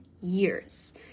years